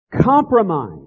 Compromise